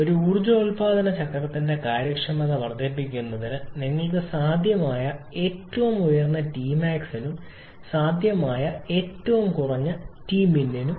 ഒരു ഊർജ്ജോൽപാദന ചക്രത്തിന്റെ കാര്യക്ഷമത വർദ്ധിപ്പിക്കുന്നതിന് നിങ്ങൾക്ക് സാധ്യമായ ഏറ്റവും ഉയർന്ന Tmax നും സാധ്യമായ ഏറ്റവും കുറഞ്ഞ Tmin നും